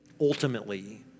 Ultimately